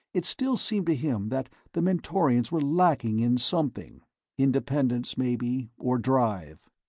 it still seemed to him that the mentorians were lacking in something independence, maybe, or drive.